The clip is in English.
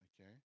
okay